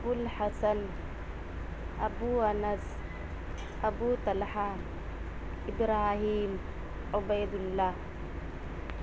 Abu Alhasan Abu Anas Abu Talha Ibrahim Ubaid Allah